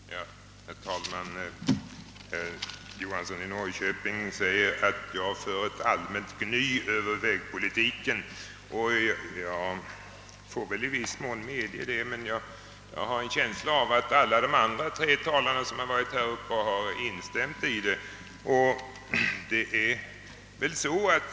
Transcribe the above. Herr talman! Herr Johansson i Norrköping sade att jag för ett allmänt gny över vägpolitiken. Jag får väl i viss mån medge det. Men jag har en känsla av att de övriga tre talare som varit uppe i talarstolen har instämt i det.